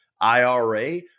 IRA